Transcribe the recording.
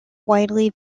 widely